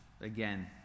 again